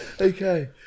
Okay